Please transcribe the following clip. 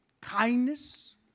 kindness